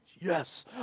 Yes